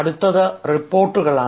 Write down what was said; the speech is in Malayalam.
അടുത്തത് റിപ്പോർട്ടുകളാണ്